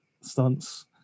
stunts